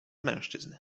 mężczyzn